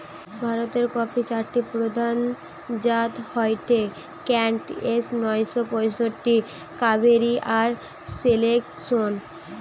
ভারতের কফির চারটি প্রধান জাত হয়ঠে কেন্ট, এস নয় শ পয়ষট্টি, কাভেরি আর সিলেকশন